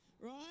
Right